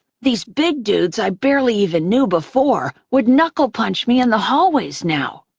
these big dudes i barely even knew before would knuckle-punch me in the hallways now.